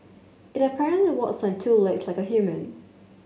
it apparently walks on two legs like a human